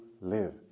live